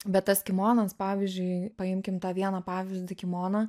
bet tas kimonas pavyzdžiui paimkim tą vieną pavyzdį kimoną